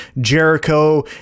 Jericho